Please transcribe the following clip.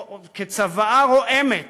כצוואה רועמת